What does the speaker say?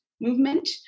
movement